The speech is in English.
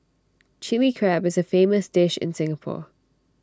Chilli Crab is A famous dish in Singapore